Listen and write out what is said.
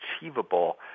achievable